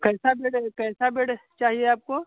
कैसा बेड कैसा बेड चाहिए आपको